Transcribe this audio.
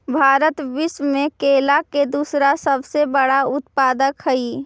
भारत विश्व में केला के दूसरा सबसे बड़ा उत्पादक हई